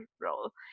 role